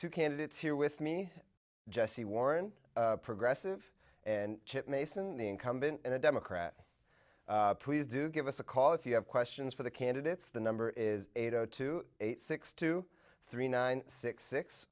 two candidates here with me jesse warren progressive and chip mason the incumbent and a democrat please do give us a call if you have questions for the candidates the number is eight zero two eight six two three nine six six